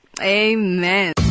Amen